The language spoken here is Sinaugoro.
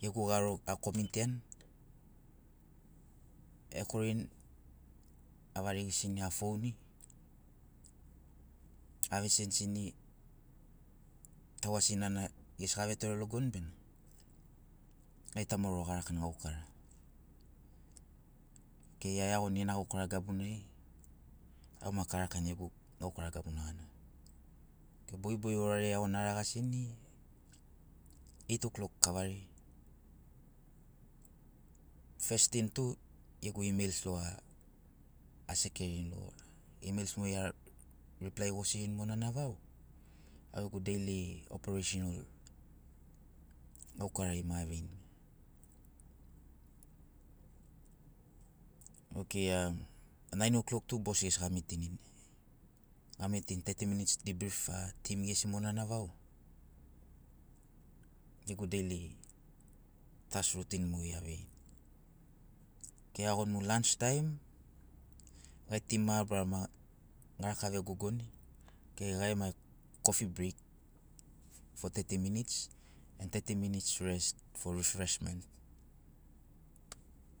gegu garo akomitiani. Ekorini avarigisini afouni avesenisini taua sinana gesi gavetore logoni gai tauma lua garakani gaukara. Okei gia eagoni gena gaukara gabuna, au maki arakani gegu gaukara gabuna gana. Bogibogi gorariai aiagoni aragasini eitoklok kavari fest tin tu gegu imeils logo asekerini logo, imeils mogeri a replai gosirini vau au gegu deili opereisin gaukarari ma aveini. Okei nain ouklok tu bosi gesi gamitinini. Gamitinini teti minits dibrif, a tim gesi vau gegu deilitask rutin mogeri aveirini. Okei iagoni mu lans taim, gai tim mabarama garaka vegogoni okei gai gema kofi breik fo teti minits en teti minits rest fo rifresments.